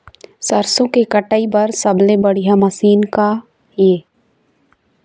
सरसों के कटाई बर सबले बढ़िया मशीन का ये?